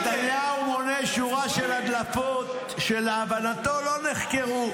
נתניהו מונה שורה של הדלפות שלהבנתו לא נחקרו,